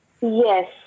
Yes